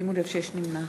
41 מתנגדים, אחד נמנע.